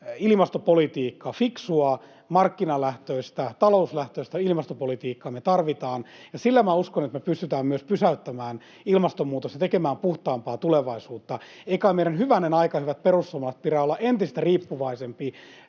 ilmastopolitiikkaa, fiksua, markkinalähtöistä, talouslähtöistä ilmastopolitiikkaa me tarvitaan, ja minä uskon, että sillä pystytään myös pysäyttämään ilmastonmuutos ja tekemään puhtaampaa tulevaisuutta. Ei kai meidän, hyvänen aika, hyvät perussuomalaiset, pidä olla entistä riippuvaisempia